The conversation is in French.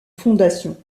fondation